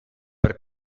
per